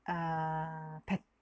err